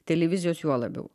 televizijos juo labiau